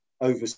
over